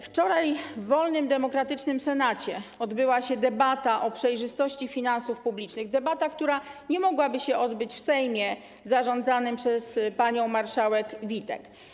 Wczoraj w wolnym, demokratycznym Senacie odbyła się debata o przejrzystości finansów publicznych, debata, która nie mogłaby się odbyć w Sejmie zarządzanym przez panią marszałek Witek.